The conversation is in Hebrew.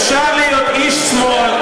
אפשר להיות איש שמאל,